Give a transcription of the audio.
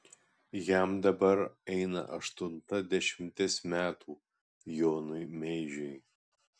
jam dabar eina aštunta dešimtis metų jonui meižiui